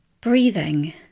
Breathing